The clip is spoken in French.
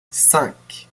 cinq